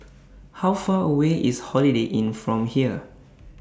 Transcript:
How Far away IS Holiday Inn from here